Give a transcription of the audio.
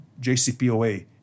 JCPOA